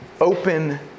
open